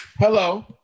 Hello